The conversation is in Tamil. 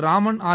ராமன் ஆர்